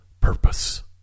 purpose